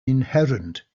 inherent